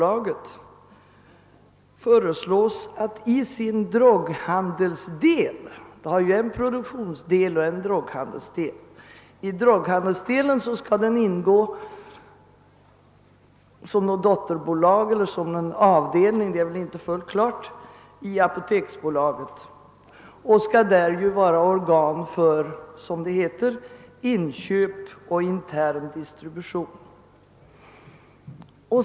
Det föreslås emellertid att det statsägda bolaget Vitrum, som omfattar en produktionsdel och en droghandelsdel, med sin droghandelsdel skall ingå som ett dotterbolag eller en avdelning i apoteksbolaget och vara organ för, som det heter, inköp och intern distribution.